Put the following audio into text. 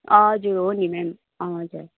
हजुर हो नि म्याम हजुर